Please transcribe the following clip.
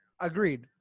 Agreed